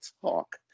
talk